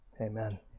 Amen